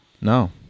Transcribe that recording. No